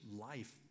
life